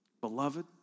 Beloved